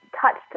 touched